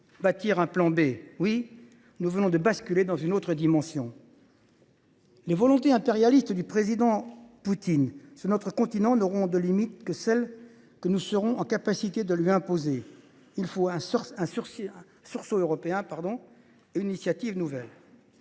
ministre. Oui, nous venons de basculer dans une autre dimension. Les volontés impérialistes du président Poutine sur notre continent n’auront de limites que celles que nous serons en mesure de lui imposer. Il faut un sursaut européen et une initiative nouvelle.